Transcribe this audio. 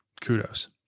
kudos